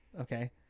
Okay